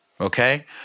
okay